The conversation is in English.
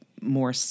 more